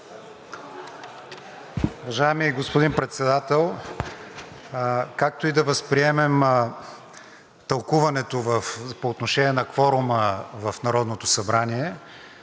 Уважаеми господин Председател, както и да възприемем тълкуването по отношение на кворума в Народното събрание,